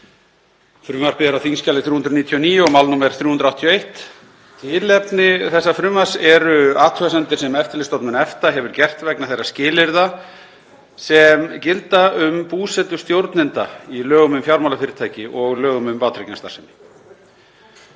Frumvarpið er á þingskjali 399, mál nr. 381. Tilefni þessa frumvarps eru athugasemdir sem Eftirlitsstofnun EFTA hefur gert vegna þeirra skilyrða sem gilda um búsetu stjórnenda í lögum um fjármálafyrirtæki og lögum um vátryggingastarfsemi.